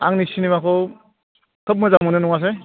आंनि सिनेमाखौ खोब मोजां मोनो नङासै